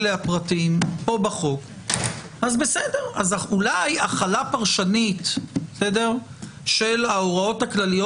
פה בחוק - אולי החלה פרשנית של ההוראות הכלליות